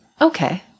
okay